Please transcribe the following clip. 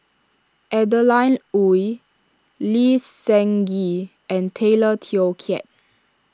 Adeline Ooi Lee Seng Gee and Tay Teow Kiat